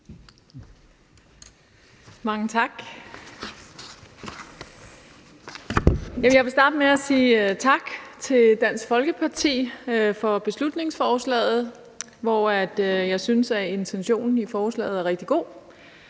Mange tak. Jeg vil starte med at sige tak til Dansk Folkeparti for beslutningsforslaget. Jeg synes, at intentionen i forslaget er rigtig god.